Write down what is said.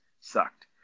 Sucked